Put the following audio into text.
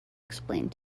explained